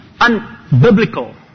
unbiblical